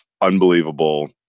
unbelievable